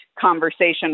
conversation